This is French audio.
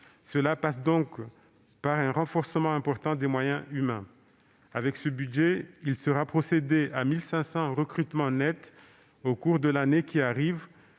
Cela passe donc par un renforcement important des moyens humains. Ce budget permettra de procéder à 1 500 recrutements nets au cours de l'année qui arrive,